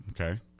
Okay